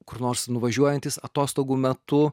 kur nors nuvažiuojantys atostogų metu